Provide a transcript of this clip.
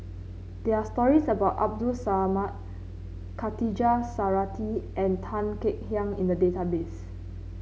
there are stories about Abdul Samad Khatijah Surattee and Tan Kek Hiang in the database